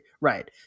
Right